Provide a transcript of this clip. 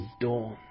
dawn